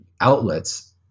outlets